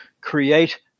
create